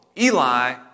Eli